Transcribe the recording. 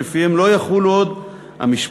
שלפיהן לא יחולו עוד המשפט,